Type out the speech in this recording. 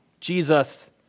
Jesus